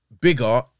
bigger